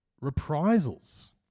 reprisals